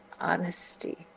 honesty